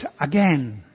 again